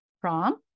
Prom